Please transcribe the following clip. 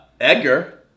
Edgar